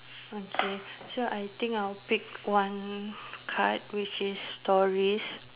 okay so I think I will pick one card which is stories